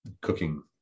cooking